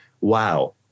Wow